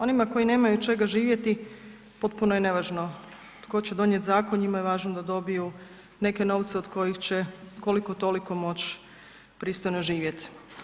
Onima koji nemaju od čega živjeti, potpuno je nevažno tko će donijet zakon, njima je važno da dobiju neke novce od kojih će koliko-toliko moći pristojno živjet.